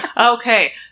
Okay